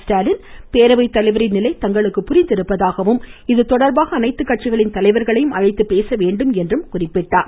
ஸ்டாலின் பேரவை தலைவரின் தங்களுக்கு புரிந்திருப்பதாகவும் இதுதொடர்பாக அனைத்து கட்சிகளின் நிலை தலைவர்களையும் அழைத்து பேச வேண்டும் என்றும் கூறினார்